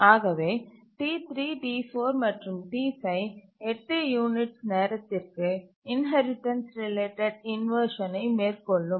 ஆகவே T3T4 மற்றும் T5 8 units நேரத்திற்கு இன்ஹெரிடன்ஸ் ரிலேட்டட் இன்வர்ஷனை மேற்கொள்ளும்